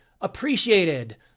appreciated